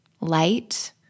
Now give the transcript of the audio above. light